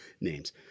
names